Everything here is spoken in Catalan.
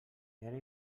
era